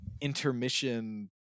intermission